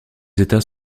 états